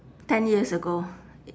ten years ago